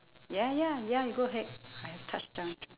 ya ya ya you go ahead I have touched on two